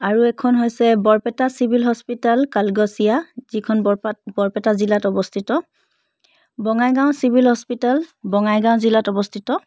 আৰু এখন হৈছে বৰপেটা চিভিল হস্পিটেল কালগছিয়া যিখন বৰপাত বৰপেটা জিলাত অৱস্থিত বঙাইগাঁও চিভিল হস্পিটেল বঙাইগাঁও জিলাত অৱস্থিত